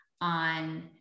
on